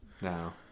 No